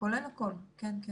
כולל הכול, כן.